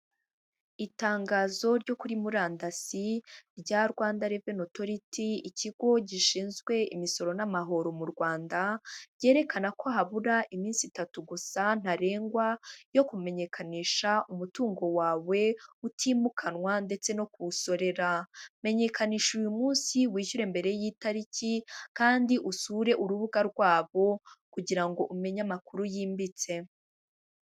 Itangazo ryo kuri murandasi rya Rwanda reveni otoriti, ikigo gishinzwe imisoro n'amahoro mu Rwanda, ryerekana ko habura iminsi itatu gusa ntarengwa yo kumenyekanisha umutungo wawe utimukanwa ndetse no kuwusorera. Menyekanisha uyu munsi, wishyure mbere y'itariki kandi usure urubuga rwabo kugira ngo umenye amakuru yimbitse.